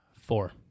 Four